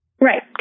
Right